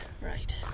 right